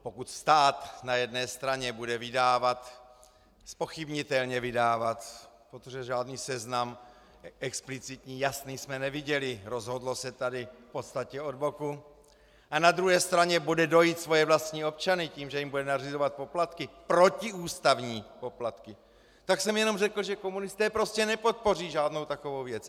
Pokud stát na jedné straně bude vydávat, zpochybnitelně vydávat, protože žádný jasný explicitní seznam jsme neviděli, rozhodlo se tady v podstatě od boku, a na druhé straně bude dojit svoje vlastní občany tím, že jim bude nařizovat poplatky, protiústavní poplatky, tak jsem jenom řekl, že komunisté prostě nepodpoří žádnou takovou věc.